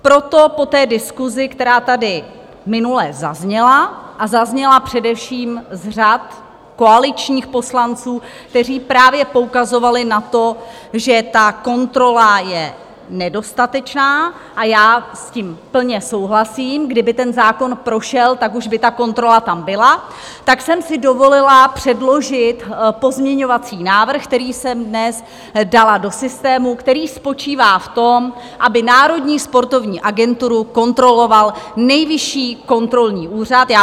Proto po diskusi, která tady minule zazněla, a zazněla především z řad koaličních poslanců, kteří právě poukazovali na to, že ta kontrola je nedostatečná a já s tím plně souhlasím, kdyby ten zákon prošel, tak už by ta kontrola tam byla tak jsem si dovolila předložit pozměňovací návrh, který jsem dnes dala do systému, který spočívá v tom, aby Národní sportovní agenturu kontroloval Nejvyšší kontrolní úřad.